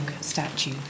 statue